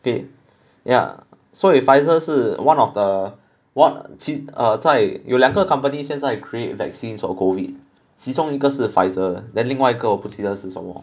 K ya so Pfizer 是 one of the what 其 err 在有两个 companies 现在 create vaccines for COVID 其中一个是 Pfizer then 另外一个我不记得是什么